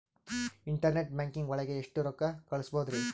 Internet banking ಒಳಗೆ ಎಷ್ಟ್ ರೊಕ್ಕ ಕಲ್ಸ್ಬೋದ್ ರಿ?